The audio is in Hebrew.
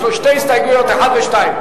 יש לו שתי הסתייגויות, 1 ו-2.